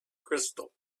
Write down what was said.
crystal